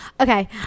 Okay